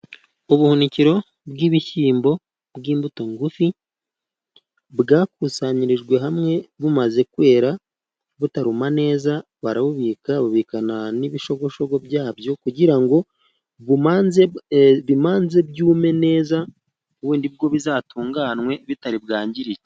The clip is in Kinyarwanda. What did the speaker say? Ubuhunikiro bw'ibishyimbo bw'imbuto ngufi, byakusanyirijwe hamwe bimaze kwera bitaruma neza, barabibika babibikana n'ibishogoshogo byabyo, kugira ngo bibanze byume neza, ubundi bwo bizatunganwe bitari bwangirike.